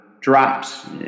drops